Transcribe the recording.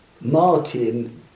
Martin